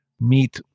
meet